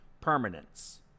permanence